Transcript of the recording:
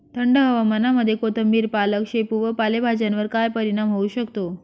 थंड हवामानामध्ये कोथिंबिर, पालक, शेपू या पालेभाज्यांवर काय परिणाम होऊ शकतो?